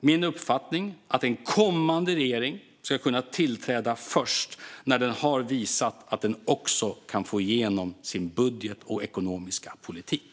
min uppfattning att en kommande regering ska kunna tillträda först när den har visat att den också kan få igenom sin budget och ekonomiska politik?